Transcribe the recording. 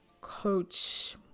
Coach